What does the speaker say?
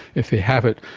if they have it,